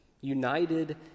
united